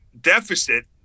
deficit